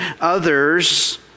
others